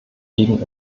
gegen